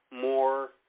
More